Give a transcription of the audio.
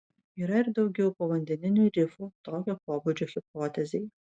yra ir daugiau povandeninių rifų tokio pobūdžio hipotezei